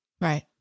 Right